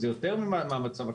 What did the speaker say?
זה יותר מן המצב הקיים.